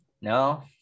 No